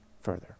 further